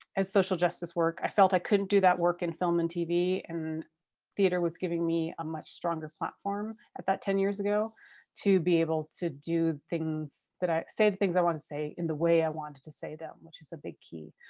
as social justice work. i felt i couldn't do that work in film and tv, and theater was giving me a much stronger platform about ten years ago to be able to do things that i, say the things i want to say in the way i wanted to say them, which is a big key.